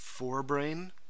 forebrain